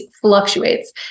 fluctuates